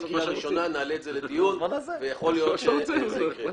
קריאה ראשונה נעלה את זה לדיון ויכול להיות שזה יקרה.